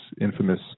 infamous